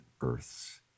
earth's